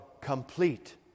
complete